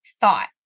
thought